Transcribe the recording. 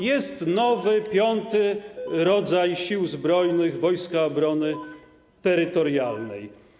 Jest nowy, piąty rodzaj sił zbrojnych - Wojska Obrony Terytorialnej.